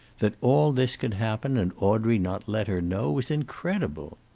that all this could happen and audrey not let her know was incredible.